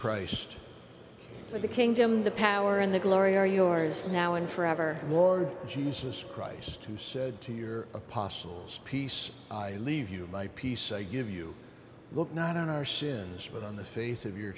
christ the kingdom the power and the glory are yours now and forever lord jesus christ who said to your apostles peace i leave you my peace i give you look not on our sins but on the faith of your